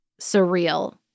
Surreal